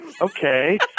okay